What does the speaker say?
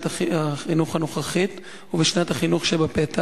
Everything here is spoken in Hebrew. החינוך הנוכחית ובשנת החינוך שבפתח?